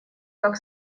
как